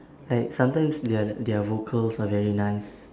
like sometimes their their vocals are very nice